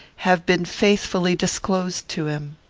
have been faithfully disclosed to him.